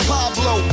Pablo